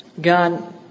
God